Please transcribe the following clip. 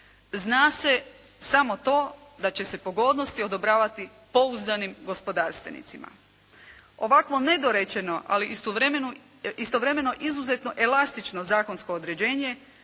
Zna se samo to da će se pogodnosti odobravati pouzdanim gospodarstvenicima. Ovakvo nedorečeno, ali istovremeno izuzetno elastično zakonsko određenje